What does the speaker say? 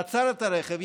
עצר את הרכב,